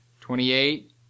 Twenty-eight